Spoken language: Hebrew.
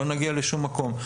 לא נגיע לשום מקום.